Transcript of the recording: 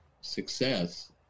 success